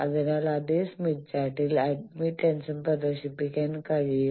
അതിനാൽ അതേ സ്മിത്ത് ചാർട്ടിൽ അഡ്മിറ്റൻസും പ്രദർശിപ്പിക്കാൻ കഴിയും